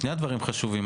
שני הדברים חשובים.